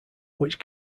which